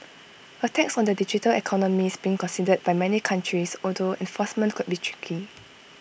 A tax on the digital economy is being considered by many countries although enforcement could be tricky